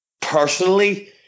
personally